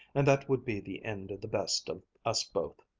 and that would be the end of the best of us both.